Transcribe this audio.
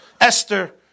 Esther